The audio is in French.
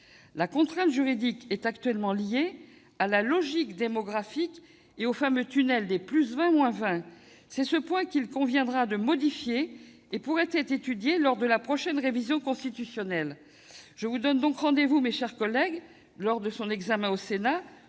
La contrainte juridique est actuellement liée à la logique démographique et au fameux tunnel des plus ou moins 20 %. C'est ce point qu'il conviendra de modifier et qui pourrait être étudié lors de la prochaine révision constitutionnelle. Je vous donne donc rendez-vous, mes chers collègues, et j'espère que ce texte